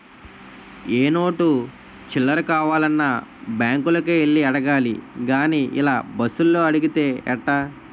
ఏ note చిల్లర కావాలన్నా బాంకులకే యెల్లి అడగాలి గానీ ఇలా బస్సులో అడిగితే ఎట్టా